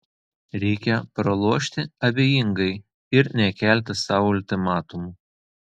reikia pralošti abejingai ir nekelti sau ultimatumų